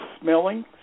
smelling